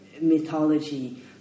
mythology